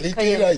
תשאלי את תהלה,